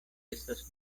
estas